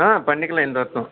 ஆ பண்ணிக்கலாம் இந்த வருடம்